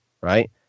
right